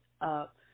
up